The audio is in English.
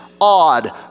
odd